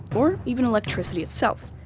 or even electricity itself.